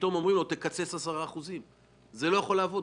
שפתאום אומרים לו לקצץ 10%. זה לא יכול לעבוד,